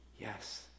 Yes